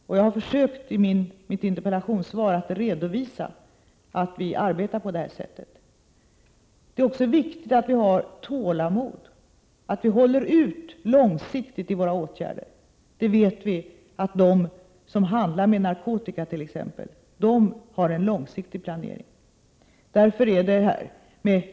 Jag har i 9 februari 1988 mitt interpellationssvar försökt redovisa att vi arbetar på detta sätt. Det är också viktigt att vi har tålamod och att vi håller ut långsiktigt i våra åtgärder. Vi vet som jag sade att de som handlar med narkotika t.ex. har en långsiktig planering.